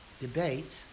debate